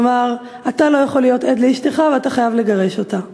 כלומר אתה לא יכול להיות עד לאשתך ואתה חייב לגרש אותה.